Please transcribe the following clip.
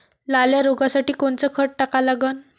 लाल्या रोगासाठी कोनचं खत टाका लागन?